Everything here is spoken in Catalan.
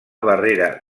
barrera